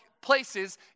places